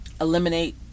eliminate